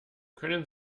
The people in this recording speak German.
können